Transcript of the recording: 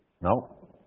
No